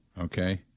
okay